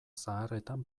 zaharretan